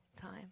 time